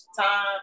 time